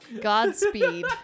Godspeed